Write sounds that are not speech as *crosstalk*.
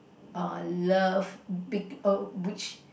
err love *noise* which